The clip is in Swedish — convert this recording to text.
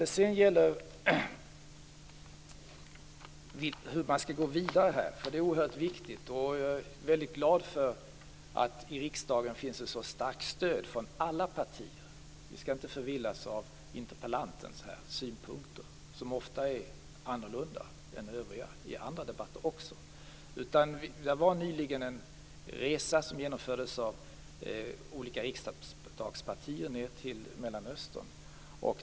Det är oerhört viktigt att man går vidare. Jag är väldigt glad för att det i riksdagen finns ett så starkt stöd från alla partier. Vi skall inte förvillas av interpellantens synpunkter, som även i andra debatter är annorlunda än övrigas. Olika riksdagspartier genomförde nyligen en resa ned till Mellanöstern.